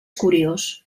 curiós